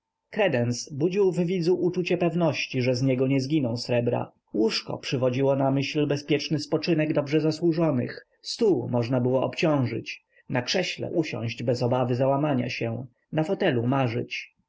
budził w widzu uczucie pewności że z niego nie zginą srebra łóżko przywodziło na myśl bezpieczny spoczynek dobrze zasłużonych stół można było obciążyć na krześle usiąść bez obawy załamania się na fotelu marzyć